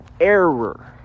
error